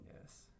Yes